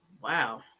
Wow